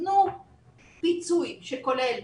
תנו פיצוי שכולל